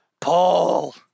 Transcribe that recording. Paul